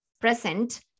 present